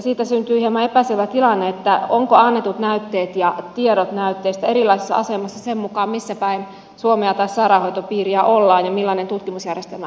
siitä syntyy hieman epäselvä tilanne ovatko annetut näytteet ja tiedot näytteistä erilaisessa asemassa sen mukaan missä päin suomea tai sairaanhoitopiiriä ollaan ja millainen tutkimusjärjestelmä alueella on